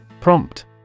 Prompt